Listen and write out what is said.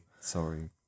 Sorry